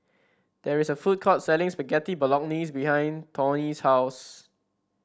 there is a food court selling Spaghetti Bolognese behind Toney's house